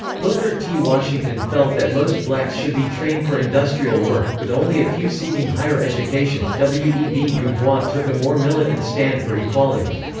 booker t. washington felt that most blacks should be trained for industrial work, with only a few seeking higher education w e b. dubois took a more militant stand for equality.